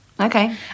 Okay